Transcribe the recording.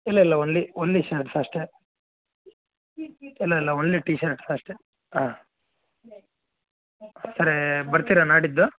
ಇಲ್ಲ ಇಲ್ಲ only only shirts ಅಷ್ಟೇ ಇಲ್ಲ ಇಲ್ಲ ಓನ್ಲಿ ಟೀ ಶರ್ಟ್ಸ್ ಅಷ್ಟೇ ಹಾಂ ಸರಿ ಬರ್ತೀರಾ ನಾಡಿದ್ದು